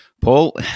Paul